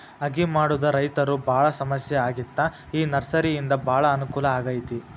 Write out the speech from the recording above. ಅಗಿ ಮಾಡುದ ರೈತರು ಬಾಳ ಸಮಸ್ಯೆ ಆಗಿತ್ತ ಈ ನರ್ಸರಿಯಿಂದ ಬಾಳ ಅನಕೂಲ ಆಗೈತಿ